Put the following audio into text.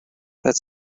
that